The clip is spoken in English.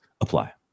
apply